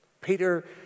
Peter